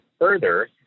further